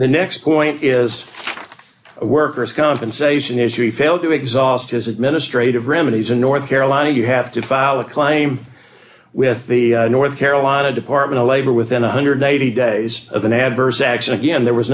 the next point is a worker's compensation is he failed to exhaust his administrative remedies in north carolina you have to file a claim with the north carolina department of labor within one hundred and eighty dollars days of an adverse action again there was